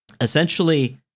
essentially